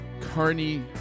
Carney